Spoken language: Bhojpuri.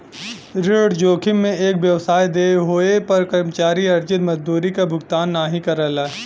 ऋण जोखिम में एक व्यवसाय देय होये पर कर्मचारी अर्जित मजदूरी क भुगतान नाहीं करला